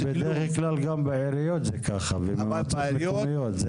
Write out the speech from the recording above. בדרך כלל גם בעיריות זה ככה, במועצות המקומיות.